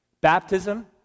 Baptism